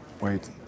Wait